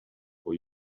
for